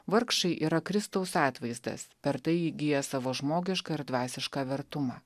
vargšai yra kristaus atvaizdas per tai įgiję savo žmogišką ir dvasišką vertumą